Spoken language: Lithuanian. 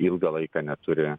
ilgą laiką neturi